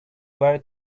very